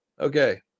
Okay